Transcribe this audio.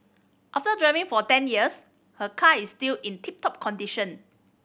after driving for ten years her car is still in tip top condition